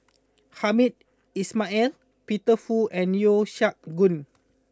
Hamed Ismail and Peter Fu and Yeo Siak Goon